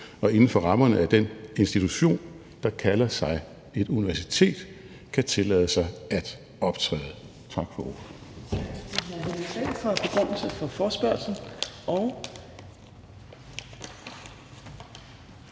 og inden for rammerne af den institution, der kalder sig et universitet, kan tillade sig at optræde. Tak for ordet.